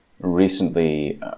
recently